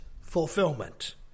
fulfillment